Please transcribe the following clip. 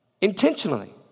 intentionally